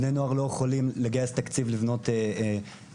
בני נוער לא יכולים לגייס תקציב לבנות כביש,